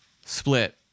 split